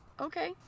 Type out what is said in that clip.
okay